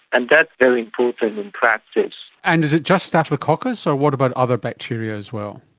and that's very important in practice. and is it just staphylococcus or what about other bacteria as well?